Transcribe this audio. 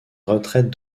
retraite